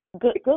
good